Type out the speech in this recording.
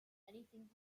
anything